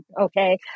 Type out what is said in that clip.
okay